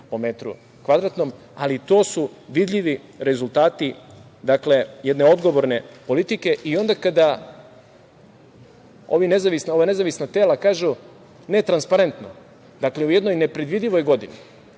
po metru kvadratnom, ali to su vidljivi rezultati jedne odgovorne politike i onda kada ova nezavisna tela kažu – ne transparentno. Dakle, u jednoj nepredvidivoj godini,